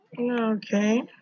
Okay